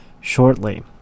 shortly